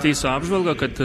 teisių apžvalgą kad